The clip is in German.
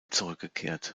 zurückgekehrt